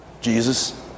Jesus